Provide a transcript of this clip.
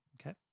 Okay